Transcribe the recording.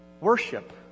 worship